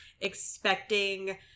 expecting